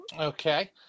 Okay